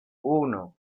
uno